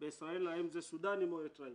בישראל האם זה סודנים או אריתריאים.